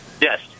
Yes